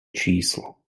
číslo